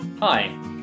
Hi